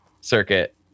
circuit